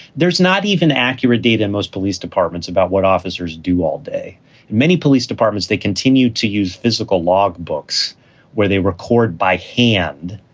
there's not. even accurate data. most police departments about what officers do all day. and many police departments, they continue to use physical log books where they record by hand.